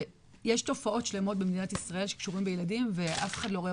ויש תופעות שלמות במדינת ישראל שקשורות בילדים ואף אחד לא רואה